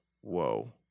whoa